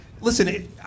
Listen